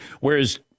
Whereas